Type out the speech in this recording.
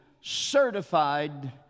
certified